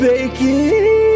Baking